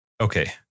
Okay